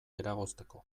eragozteko